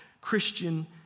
Christian